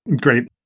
Great